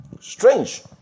Strange